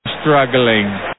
Struggling